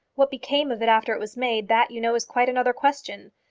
what became of it after it was made, that, you know, is quite another question.